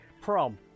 Prom